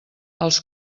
els